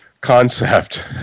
concept